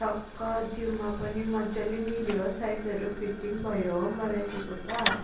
टक्क जिउमा पनि मजाले मिल्यो हो साइजहरू फिटिङ भयो हो मलाई त्यो कुर्ता